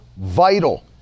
vital